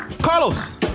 Carlos